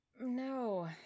No